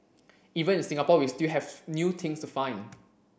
even in Singapore we still have new things to find